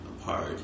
apart